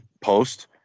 post